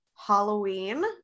Halloween